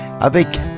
avec